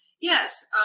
yes